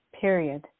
period